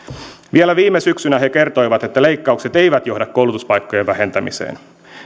vielä viime syksynä he kertoivat että leikkaukset eivät johda koulutuspaikkojen vähentämiseen